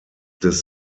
des